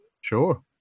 Sure